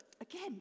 again